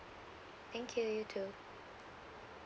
thank you you too